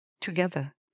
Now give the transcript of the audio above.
together